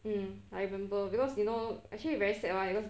um I remember because you know actually very sad [one] because